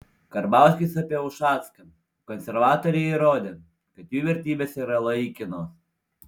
karbauskis apie ušacką konservatoriai įrodė kad jų vertybės yra laikinos